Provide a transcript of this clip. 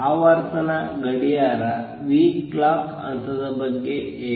ಆವರ್ತನ ಗಡಿಯಾರದ clock ಹಂತದ ಬಗ್ಗೆ ಹೇಗೆ